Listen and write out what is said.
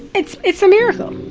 it's it's a miracle.